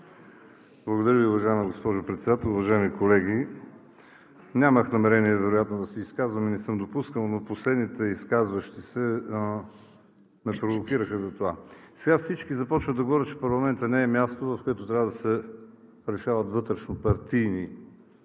Благодаря Ви. Уважаема госпожо Председател, уважаеми колеги! Нямах намерение вероятно да се изказвам и не съм допускал, но последните изказващи се ме провокираха за това. Сега всички започват да говорят, че парламентът не е място, в което трябва да се решават вътрешнопартийни